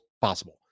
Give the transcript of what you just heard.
possible